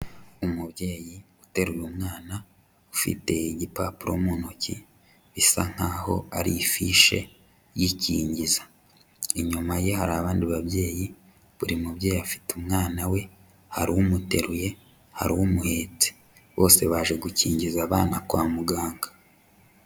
Umubyeyi uteruye umwana, ufite igipapuro mu ntoki, bisa nkaho ari ifishe y'ikingiza. Inyuma ye hari abandi babyeyi, buri mubyeyi afite umwana we, hari umuteruye, hari umuheste, bose baje gukingiza abana kwa muganga.